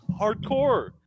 hardcore